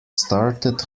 started